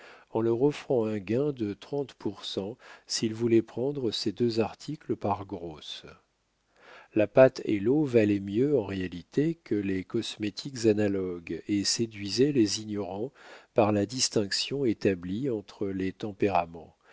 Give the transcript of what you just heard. en leur offrant un gain de trente pour cent s'ils voulaient prendre ces deux articles par grosses la pâte et l'eau valaient mieux en réalité que les cosmétiques analogues et séduisaient les ignorants par la distinction établie entre les tempéraments